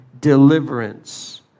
deliverance